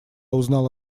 узнал